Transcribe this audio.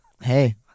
Hey